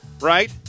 Right